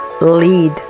lead